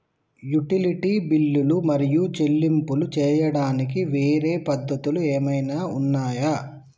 Utility బిల్లులు మరియు చెల్లింపులు చేయడానికి వేరే పద్ధతులు ఏమైనా ఉన్నాయా?